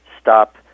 stop